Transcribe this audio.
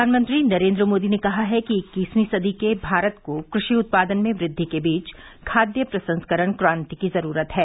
प्रधानमंत्री नरेंद्र मोदी ने कहा है कि इक्कीसवीं सदी के भारत को क्रषि उत्पादन में वृद्धि के बीच खाद्य प्रसंस्करण क्रांति की जरूरत है